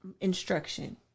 instruction